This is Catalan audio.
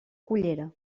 cullera